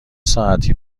ساعتی